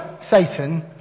Satan